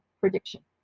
prediction